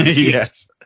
yes